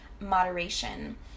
moderation